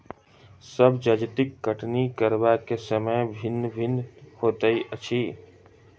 सभ जजतिक कटनी करबाक समय भिन्न भिन्न होइत अछि